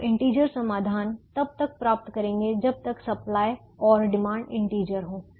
तो हम इंटीजर समाधान तब तक प्राप्त करेंगे जब तक सप्लाई और डिमांड इंटीजर हो